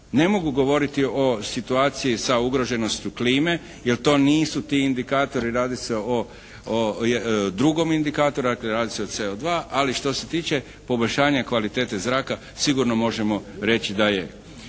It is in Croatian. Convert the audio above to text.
Ne mogu govoriti o situaciji sa ugroženošću klime, jer to nisu ti indikatori. Radi se o drugom indikatoru. Dakle, radi se o CO2. Ali što se tiče poboljšanja kvalitete zraka sigurno možemo reći da je.